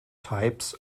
types